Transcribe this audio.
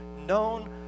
known